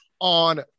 on